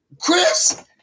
Chris